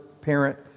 parent